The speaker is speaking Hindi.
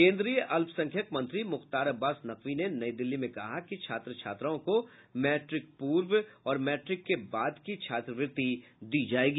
केन्द्रीय अल्पसंख्यक मंत्री मुख्तार अब्बास नकवी ने नई दिल्ली में कहा कि छात्र छात्राओं को मैट्रिक पूर्व और मैट्रिक के बाद की छात्रवृत्ति दी जाएगी